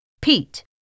Pete